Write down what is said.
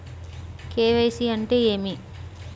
KYC అంటే ఏమి?